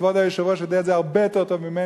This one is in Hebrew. כבוד היושב-ראש יודע את זה הרבה יותר טוב ממני,